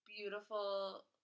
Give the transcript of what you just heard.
beautiful